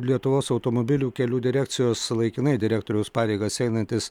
lietuvos automobilių kelių direkcijos laikinai direktoriaus pareigas einantis